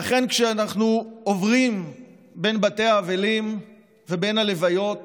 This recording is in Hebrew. ואכן, כשאנחנו עוברים בין בתי האבלים ובין הלוויות